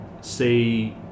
say